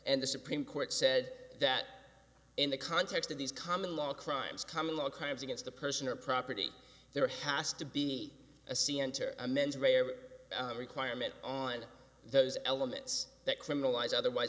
and the supreme court said that in the context of these common law crimes common law kinds against a person or property there has to be a c m to a mens rea or requirement on those elements that criminalize otherwise